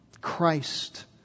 Christ